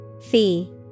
Fee